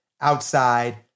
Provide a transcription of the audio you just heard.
outside